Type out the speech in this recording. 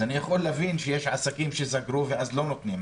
אז אני יכול להבין שיש עסקים שסגרו ואז לא נותנים.